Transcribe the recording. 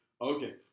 Okay